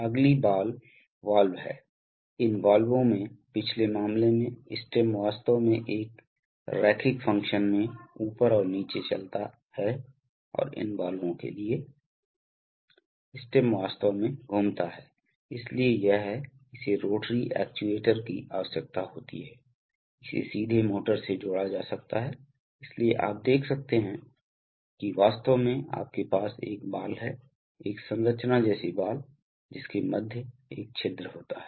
अगली ball valve हैं इन वाल्वों में पिछले मामले में स्टेम वास्तव में एक रैखिक फैशन में ऊपर और नीचे चलता है और इन वाल्वों के लिए स्टेम वास्तव में घूमता है इसलिए यह है इसे रोटरी एक्ट्यूएटर की आवश्यकता होती है इसे सीधे मोटर से जोड़ा जा सकता है इसलिए आप देखते हैं कि वास्तव में आपके पास एक बॉल है एक संरचना जैसी बॉल जिसके माध्य एक छिद्र होता है